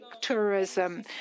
tourism